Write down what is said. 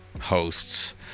Hosts